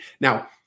Now